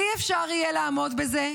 אי-אפשר יהיה לעמוד בזה,